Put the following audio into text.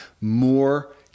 more